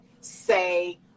say